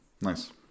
Nice